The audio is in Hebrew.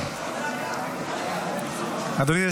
אדוני.